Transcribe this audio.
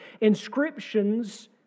inscriptions